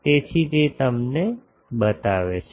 તેથી તે તમને બતાવે છે